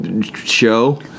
show